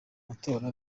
matora